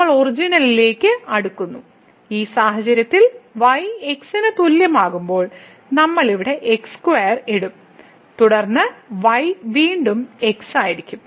നമ്മൾ ഒറിജിനിലേക്ക് അടുക്കുന്നു ഈ സാഹചര്യത്തിൽ y x ന് തുല്യമാകുമ്പോൾ നമ്മൾ ഇവിടെ x2 ഇടും തുടർന്ന് y വീണ്ടും x ആയിരിക്കും